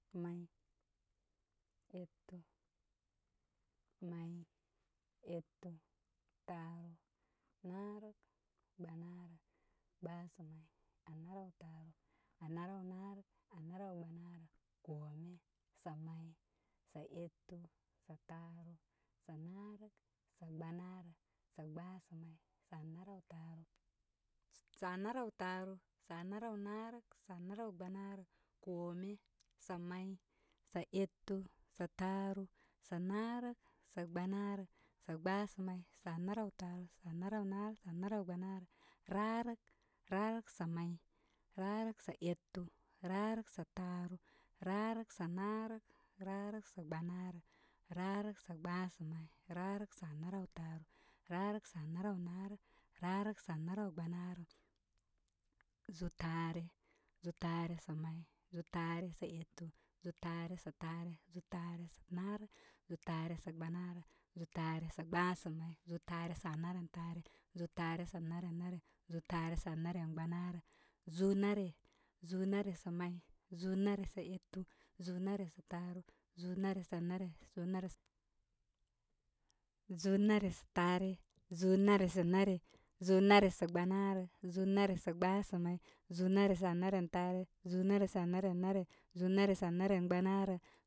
May, etu, taaru, naarək, gbanaarə, gbaasamay, anaarawtaaru, anaarawnaarək, anaarawgbanaarə, kome. Samay, sa etu, sa taaru, sa naarək, sagbanaarə, sagbaasamay, sanarawtaaru, sanarawtaaru, sanarawnaarək, sanarawgbanarə, kome. Sa may, saetu, sataaru, sanaarək, sagbanarə, sagbasamay sa anarawtaaru, sa narawnaarək, sa narawgbanarə, rarək. Rarək sa may, rarəksa etu, rarək sa taaru, rarəksa naarək, rarəksagbanarə, rarək sagbasamay, rarəksa anarawa anarawtaaru, rarək sa anaraw naarək, rarəksa anaraw gbana rə, zūūtaare zūūtaare sa mal, zūūtaarə saetu, zūūtaare sataaru, zūūtaa re sanaarək, zūūtaaru sagbanarə, zūūtaaresagbasamay, zūūtaare sa anarentaare, zūū taare sa a narenare, zūūtaare sa a naren gbanarə zūūnare zūūnare sa may, zūū nare sa etu, zūū nare sa taaru, zūū nare sa nare, zūūtaare sa a narengbanarə zuarūnare zūūnare sa may, zūū naresa etu, zūū nare sa taaru, zūū nare sa nare zūū nare-zūū nare sa tare, zūū nare sa nare, zūū nare sagbanarə, zūū nare sagbasa may zūūnare sa anarentaare, zūū nare sa anarenare, zūū nare sa anarengbanarə.